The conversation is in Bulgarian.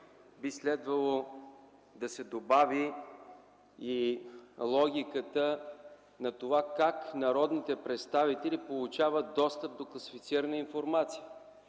би следвало да се добави и логиката на това как народните представители получават достъп до класифицирана информация.